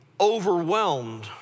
overwhelmed